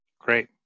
Great